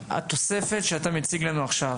התוספת שאתה מציג לנו עכשיו,